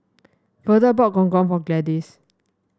Verda bought Gong Gong for Gladis